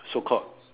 so called